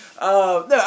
No